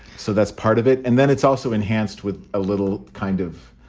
so that's part of it and then it's also enhanced with a little kind of